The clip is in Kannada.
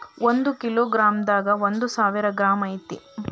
ಒಂದ ಕಿಲೋ ಗ್ರಾಂ ದಾಗ ಒಂದ ಸಾವಿರ ಗ್ರಾಂ ಐತಿ